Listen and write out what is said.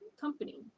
company